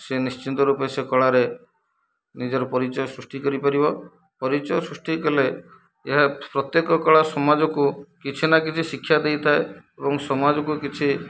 ସିଏ ନିଶ୍ଚିନ୍ତ ରୂପେ ସେ କଳାରେ ନିଜର ପରିଚୟ ସୃଷ୍ଟି କରିପାରିବ ପରିଚୟ ସୃଷ୍ଟି କଲେ ଏହା ପ୍ରତ୍ୟେକ କଳା ସମାଜକୁ କିଛି ନା କିଛି ଶିକ୍ଷା ଦେଇଥାଏ ଏବଂ ସମାଜକୁ କିଛି